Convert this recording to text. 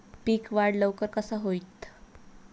पीक वाढ लवकर कसा होईत?